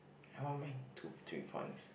I want my two three points